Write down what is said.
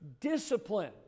discipline